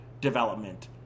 development